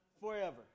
forever